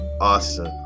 awesome